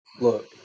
look